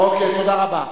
תודה רבה.